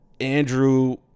Andrew